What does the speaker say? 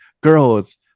girls